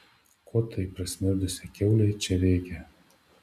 ko tai pasmirdusiai kiaulei čia reikia